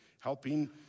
helping